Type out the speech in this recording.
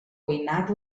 cuinar